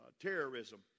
Terrorism